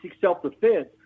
self-defense